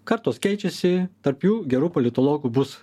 kartos keičiasi tarp jų gerų politologų bus